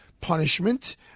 punishment